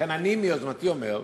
ולכן אני מיוזמתי אומר: